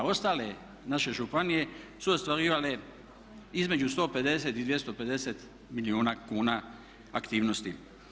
Ostale naše županije su ostvarivale između 150 i 250 milijuna kuna aktivnosti.